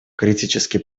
критически